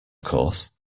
course